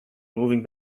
moving